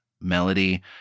melody